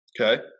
Okay